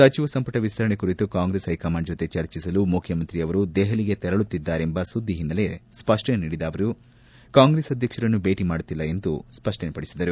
ಸಚಿವ ಸಂಪುಟ ವಿಸ್ತರಣೆ ಕುರಿತು ಕಾಂಗ್ರೆಸ್ ಹೈಕಮಾಂಡ್ ಜತೆ ಚರ್ಚಿಸಲು ಮುಖ್ಕಮಂತ್ರಿಯವರು ದೆಹಲಿಗೆ ತೆರಳುತ್ತಿದ್ದಾರೆಂಬ ಸುದ್ದಿ ಹಿನ್ನೆಲೆ ಸ್ಪಷ್ಟನೆ ನೀಡಿದ ಅವರು ಕಾಂಗ್ರೆಸ್ ಅಧ್ಯಕ್ಷರನ್ನು ಭೇಟಿ ಮಾಡುತ್ತಿಲ್ಲ ಎಂದು ಸ್ಪಷ್ಟಪಡಿಸಿದರು